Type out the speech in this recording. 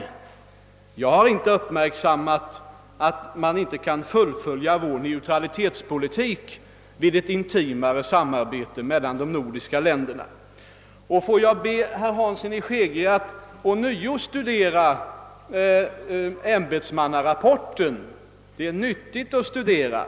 Jag har inte uppmärksammat att vi inte kan fullfölja vår neutralitetspolitik vid ett intimare samarbete mellan de nordiska länderna. Får jag be herr Hansson i Skegrie att ånyo studera ämbetsmannarapporten! Det är nyttigt att studera den.